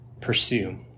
pursue